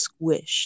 squished